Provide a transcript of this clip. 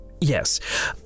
yes